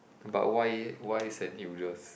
but why why Saint-Hilda's